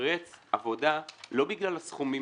מתמרץ עבודה לא בגלל הסכומים